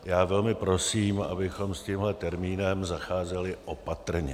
Já velmi prosím, abychom s tímhle termínem zacházeli opatrně.